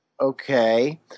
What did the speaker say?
Okay